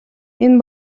энэ